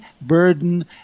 burden